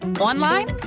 online